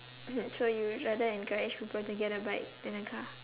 so you would rather encourage people to get a bike then a car